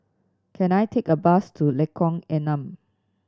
can I take a bus to Lengkok Enam